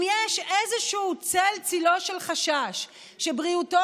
אם יש איזשהו צל-צילו של חשש שבריאותו